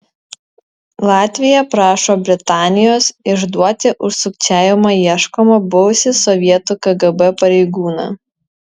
latvija prašo britanijos išduoti už sukčiavimą ieškomą buvusį sovietų kgb pareigūną